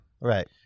Right